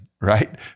right